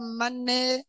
money